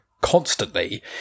constantly